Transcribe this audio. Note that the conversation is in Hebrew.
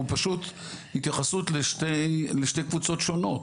הוא פשוט התייחסות לשתי קבוצות שונות.